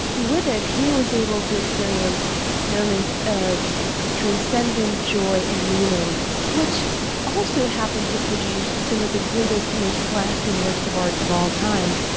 with it, he was able to experience moments of transcendent joy and meaning which also happened to produce some of the greatest, most lasting works of art of all time.